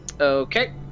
Okay